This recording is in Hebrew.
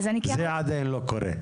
זה עדיין לא קורה.